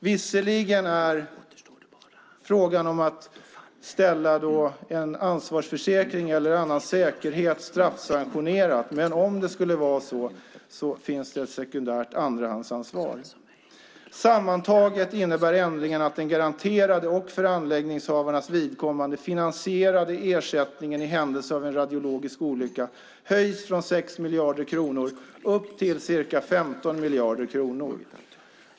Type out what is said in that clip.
Visserligen är frågan om att ställa en ansvarsförsäkring eller annan säkerhet straffsanktionerad, men om det skulle vara så finns det ett sekundärt andrahandsansvar. Sammantaget innebär ändringarna att den garanterade och för anläggningshavarnas vidkommande finansierade ersättningen i händelse av en radiologisk olycka höjs från 6 miljarder kronor upp till ca 15 miljarder kronor.